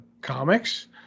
comics